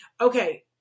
Okay